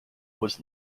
was